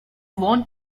want